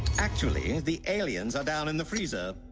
actually the aliens are down in the freezer